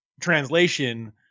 translation